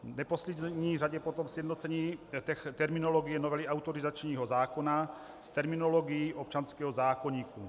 V neposlední řadě potom sjednocení terminologie novely autorizačního zákona s terminologií občanského zákoníku.